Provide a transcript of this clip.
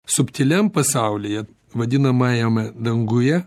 subtiliam pasaulyje vadinamajame danguje